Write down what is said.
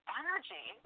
energy